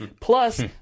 Plus